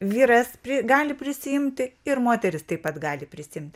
vyras pri gali prisiimti ir moteris taip pat gali prisiimt